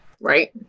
Right